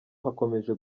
hakomeje